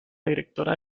directora